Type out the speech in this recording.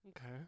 okay